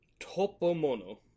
Topomono